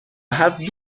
have